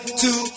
two